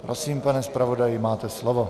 Prosím, pane zpravodaji, máte slovo.